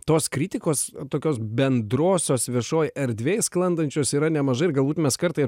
tos kritikos tokios bendrosios viešoj erdvėj sklandančios yra nemažai ir galbūt mes kartais